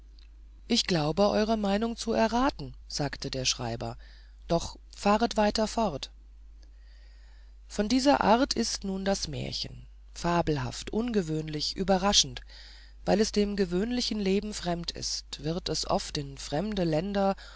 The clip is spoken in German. ich glaube eure meinung zu erraten sagte der schreiber doch fahret weiter fort von dieser art ist nun das märchen fabelhaft ungewöhnlich überraschend weil es dem gewöhnlichen leben fremd ist wird es oft in fremde länder